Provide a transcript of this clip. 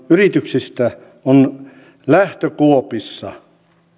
yrityksistä on lähtökuopissa